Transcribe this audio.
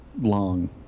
long